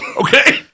okay